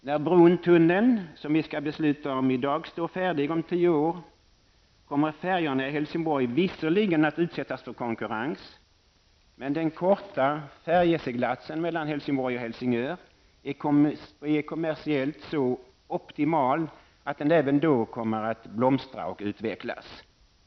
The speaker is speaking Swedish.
När bron/tunneln, som vi skall besluta om i dag, står färdig om tio år kommer färjorna i Helsingborg visserligen att utsättas för konkurrens, men den korta färjeseglatsen Helsingborg--Helsingör är kommersiellt så optimal att den även då kommer att blomstra och utvecklas.